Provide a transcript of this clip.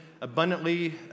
abundantly